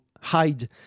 hide